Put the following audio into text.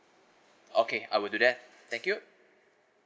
okay I will do that thank you